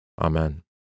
Amen